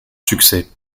succès